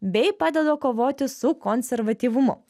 bei padeda kovoti su konservatyvumu